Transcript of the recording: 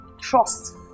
Trust